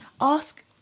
ask